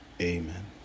Amen